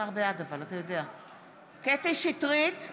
בעד מיכל שיר סגמן,